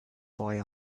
boy